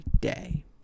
day